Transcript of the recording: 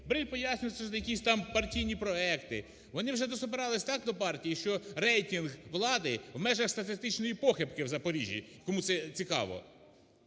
Бриль пояснює, що це якісь там партійні проекти. Вони вже дособирались так до партії, що рейтинг влади в межах статистичної похибки в Запоріжжі, кому це цікаво.